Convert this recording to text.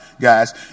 Guys